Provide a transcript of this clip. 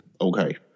Okay